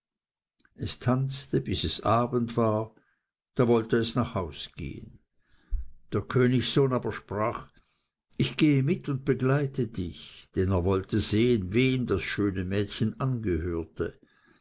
es tanzte bis es abend war da wollte es nach haus gehen der königssohn aber sprach ich gehe mit und begleite dich denn er wollte sehen wem das schöne mädchen angehörte